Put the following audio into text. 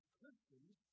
Christians